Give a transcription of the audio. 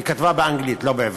היא כתבה באנגלית, לא בעברית.